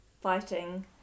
fighting